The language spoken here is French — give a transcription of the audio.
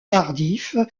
tardif